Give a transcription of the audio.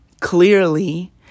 Clearly